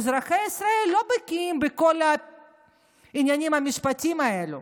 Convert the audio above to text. אזרחי ישראל לא בקיאים בכל העניינים המשפטיים האלה,